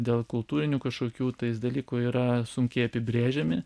dėl kultūrinių kažkokių tais dalykų yra sunkiai apibrėžiami